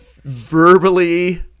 verbally